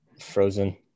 Frozen